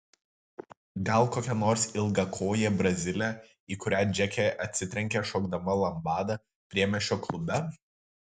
gal kokia nors ilgakojė brazilė į kurią džeke atsitrenkė šokdama lambadą priemiesčio klube